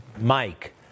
Mike